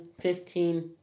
Fifteen